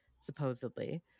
supposedly